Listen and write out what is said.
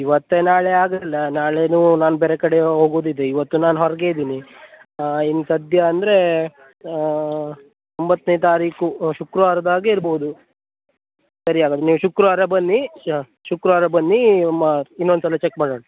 ಇವತ್ತು ನಾಳೆ ಆಗೋಲ್ಲ ನಾಳೆಯೂ ನಾನು ಬೇರೆ ಕಡೆ ಹೋಗುದಿದೆ ಇವತ್ತು ನಾನು ಹೊರಗೆ ಇದೀನಿ ಇನ್ನು ಸಧ್ಯ ಅಂದರೆ ಒಂಬತ್ತನೇ ತಾರೀಕು ಶುಕ್ರವಾರದ್ಹಾಗೆ ಇರ್ಬೋದು ಸರಿ ಹಾಗಾದ್ರೆ ನೀವು ಶುಕ್ರವಾರ ಬನ್ನಿ ಶುಕ್ರವಾರ ಬನ್ನಿ ಮಾ ಇನ್ನೊಂದು ಸಲ ಚೆಕ್ ಮಾಡೋಣ